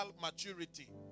maturity